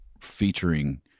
featuring –